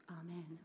Amen